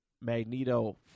Magneto